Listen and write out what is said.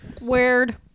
Weird